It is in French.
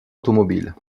automobile